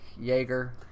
Jaeger